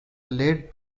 late